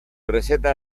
receta